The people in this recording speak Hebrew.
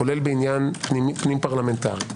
כולל בעניין פנים פרלמנטריים,